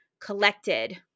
collected